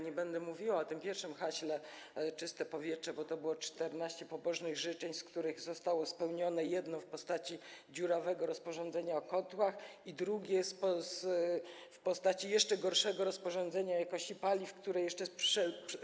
Nie będę mówiła o tym pierwszym haśle „Czyste powietrze”, bo to było 14 pobożnych życzeń, z których zostało spełnione jedno w postaci dziurawego rozporządzenia o kotłach i drugie w postaci jeszcze gorszego rozporządzenia o jakości paliw, które jeszcze.